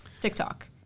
TikTok